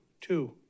two